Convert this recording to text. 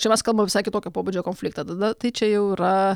čia mes kalbam visai kitokio pobūdžio konfliktą tada tai čia jau yra